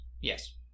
Yes